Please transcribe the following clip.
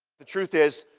the truth is,